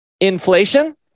Inflation